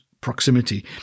proximity